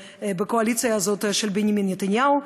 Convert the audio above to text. בקואליציה הזאת של בנימין נתניהו,